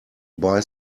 buy